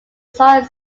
song